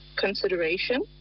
consideration